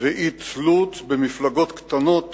ואי-תלות במפלגות קטנות